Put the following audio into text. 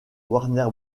warner